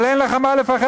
אבל אין לך מה לפחד,